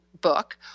book